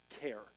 care